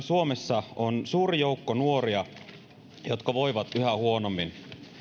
suomessa on suuri joukko nuoria jotka voivat yhä huonommin